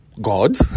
God